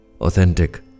authentic